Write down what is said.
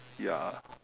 ya